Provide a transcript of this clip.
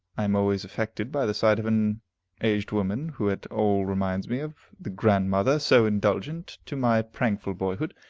i am always affected by the sight of an aged woman who at all reminds me of the grandmother so indulgent to my prankful boyhood.